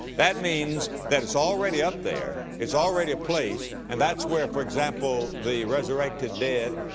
that means that it's already up there. it's already a place and that's where, for example, the resurrected dead,